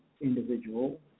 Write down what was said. individual